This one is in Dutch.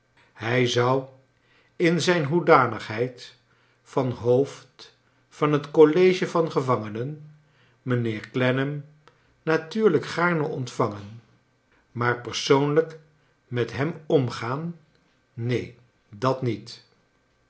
hij zou in zijn hoedanigheid van hoofd van het college van gevangenen mijnheer clennam natuurlijk gaarne ontvangen maar persoonlijk met hem omgaan neen dat niet